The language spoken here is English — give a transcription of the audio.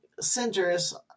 centers